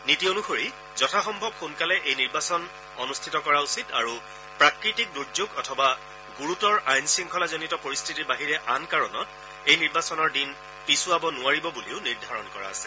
নীতি অনুসৰি যথাসম্ভৱ সোনকালে এই নিৰ্বাচন অনুষ্ঠিত কৰা উচিত আৰু প্ৰাকৃতিক দুৰ্যোগ অথবা গুৰুতৰ আইন শৃংখলাজনিত পৰিস্থিতিৰ বাহিৰে আন কাৰণত এই নিৰ্বাচনৰ দিন পিছুৱাব নোৱাৰিব বুলিও নিৰ্ধাৰণ কৰা আছে